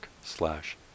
slash